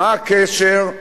מה הקשר?